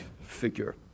figure